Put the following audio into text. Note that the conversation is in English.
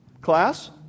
Class